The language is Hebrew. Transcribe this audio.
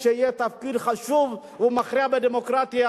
שיש לו תפקיד חשוב ומכריע בדמוקרטיה,